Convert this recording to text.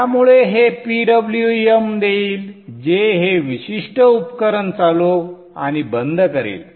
त्यामुळे हे PWM देईल जे हे विशिष्ट उपकरण चालू आणि बंद करेल